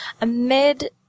Amid